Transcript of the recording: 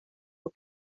och